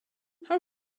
her